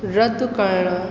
रद्द करणु